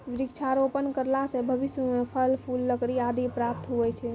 वृक्षारोपण करला से भविष्य मे फल, फूल, लकड़ी आदि प्राप्त हुवै छै